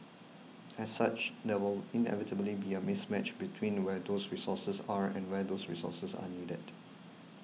as such there will inevitably be a mismatch between where those resources are and where those resources are needed